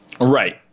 Right